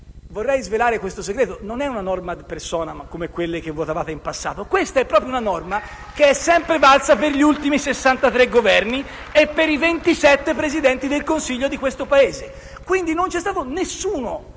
Vorrei svelare questo segreto: non è una norma *ad personam*, come quelle che votavate in passato. *(Applausi dal Gruppo PD)*. Questa è proprio una norma che è sempre valsa per gli ultimi 63 Governi e per i 27 Presidenti del Consiglio di questo Paese, quindi non c'è stato nessuno